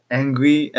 angry